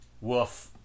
Woof